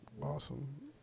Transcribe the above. Awesome